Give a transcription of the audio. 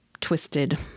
twisted